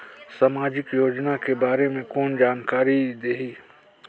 समाजिक योजना के बारे मे कोन जानकारी देही?